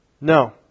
No